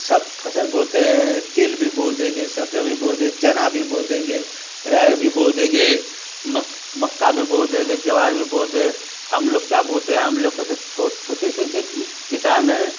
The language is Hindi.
सब फसल बोते हैं तिल भी बो देंगे सरसों भी बो दें चना भी बो देंगे अरहर भी बो देंगे मक मक्का भी बो देंगे ज्वार भी बो दें हम लोग क्या बोते हैं हम लोग को तो छोट छोटी सी किसान हैं